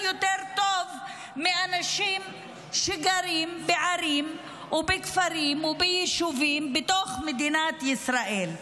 יותר טוב אפילו מאנשים שגרים בערים ובכפרים וביישובים בתוך מדינת ישראל.